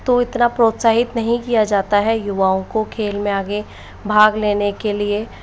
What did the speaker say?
तो इतना प्रोत्साहित नहीं किया जाता है युवाओं को खेल में आगे भाग लेने के लिए